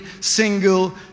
single